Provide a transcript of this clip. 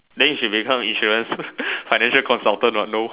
then you should become insurance financial consultant what no